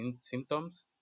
symptoms